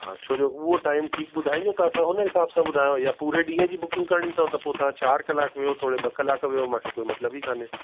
हा छो जो उहो टाइम ठीकु ॿुधाईंजो त असां उन हिसाब सां ॿुधायाव या पूरे ॾींहुं जी बुकिंग करिणी अथव त पोइ तव्हां चारि कलाक थोरे ॿ कलाक वेहो मूंखे कोई मतिलब ई कोन्हे